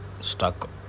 stuck